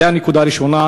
זו הנקודה הראשונה.